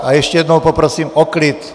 A ještě jednou poprosím o klid!